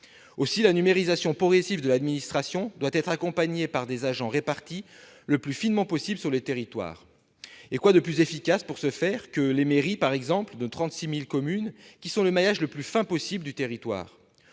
Aussi, la numérisation progressive de l'administration doit être accompagnée par des agents répartis le plus finement possible sur le territoire. Quoi de plus efficace, pour ce faire, que les mairies de nos 36 000 communes, qui sont le maillage le plus fin possible du territoire ?